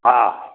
ஆ